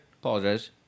Apologize